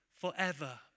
forever